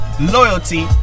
loyalty